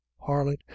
harlot